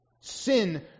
sin